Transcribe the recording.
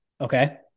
Okay